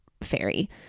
fairy